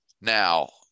Now